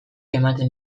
ematen